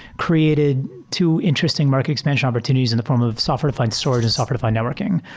created two interesting market expansion opportunities in the form of software-defined storage and software-defined networking.